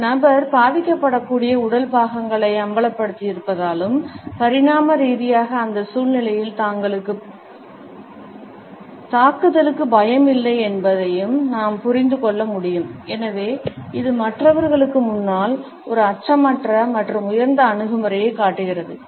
அந்த நபர் பாதிக்கப்படக்கூடிய உடல் பாகங்களை அம்பலப்படுத்தியிருப்பதாலும் பரிணாம ரீதியாக அந்த சூழ்நிலையில் தாக்குதலுக்கு பயம் இல்லை என்பதையும் நாம் புரிந்து கொள்ள முடியும் எனவே இது மற்றவர்களுக்கு முன்னால் ஒரு அச்சமற்ற மற்றும் உயர்ந்த அணுகுமுறையைக் காட்டுகிறது